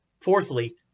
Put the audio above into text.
Fourthly